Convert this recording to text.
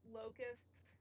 locusts